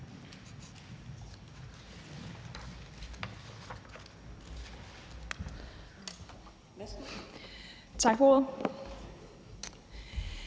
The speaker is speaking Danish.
Tak for ordet.